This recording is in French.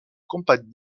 compact